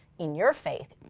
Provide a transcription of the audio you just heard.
in your faith,